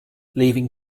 leaving